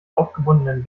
aufgebundenen